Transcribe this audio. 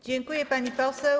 Dziękuję, pani poseł.